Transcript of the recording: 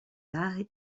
arts